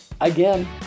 again